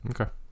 Okay